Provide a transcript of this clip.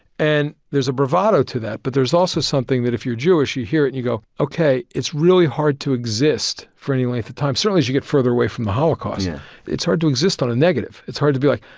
and there's a bravado to that, but there's also something that if you're jewish you hear it and you go, okay, it's really hard to exist for any length of time. certainly as you get further away from the holocaust. peter yeah. david it's hard to exist on a negative. it's hard to be like,